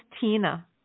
Tina